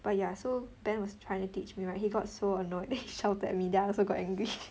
but ya so ben was trying to teach me right he got so annoyed he shouted at me then I also got angry